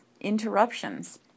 interruptions